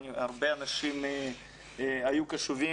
הרבה אנשים היו קשובים.